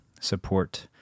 support